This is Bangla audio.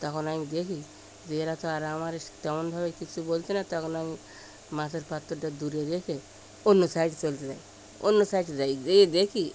তখন আমি দেখি যে এরা তো আর আমার তেমন ভাবে কিছু বলছে না তখন আমি মাছের পাত্রটা দূরে রেখে অন্য সাইডে চলে যাই অন্য সাইডে যাই যেয়ে দেখি